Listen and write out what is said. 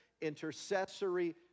intercessory